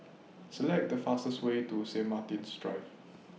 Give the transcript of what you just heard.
Select The fastest Way to Saint Martin's Drive